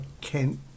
Kent